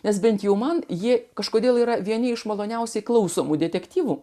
nes bent jau man ji kažkodėl yra vieni iš maloniausiai klausomų detektyvų